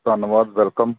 ਧੰਨਵਾਦ ਵੈਲਕਮ